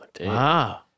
wow